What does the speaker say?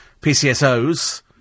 PCSOs